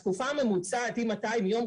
אם התקופה הממוצעת היא 200 יום,